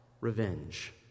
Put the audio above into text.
Revenge